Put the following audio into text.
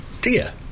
Dear